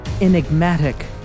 enigmatic